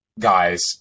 guys